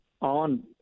on